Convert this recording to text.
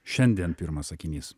šiandien pirmas sakinys